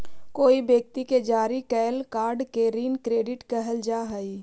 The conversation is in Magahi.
कोई व्यक्ति के जारी कैल कार्ड के ऋण क्रेडिट कहल जा हई